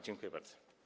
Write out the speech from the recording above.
Dziękuję bardzo.